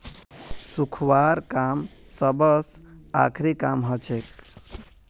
सुखव्वार काम सबस आखरी काम हछेक